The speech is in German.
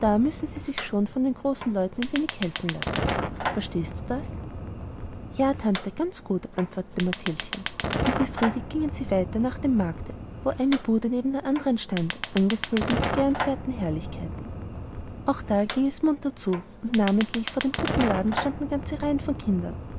müssen sie sich schon von den großen leuten ein wenig helfen lassen verstehst du das ja tante ganz gut antwortete mathildchen und befriedigt gingen sie weiter nach dem markte wo eine bude neben der andern stand angefüllt mit begehrenswerten herrlichkeiten auch da ging es munter zu und namentlich vor den puppenladen standen ganze reihen von kindern